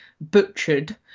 butchered